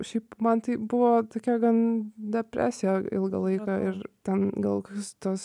šiaip man tai buvo tokia gan depresija ilgą laiką ir ten gal kokius tuos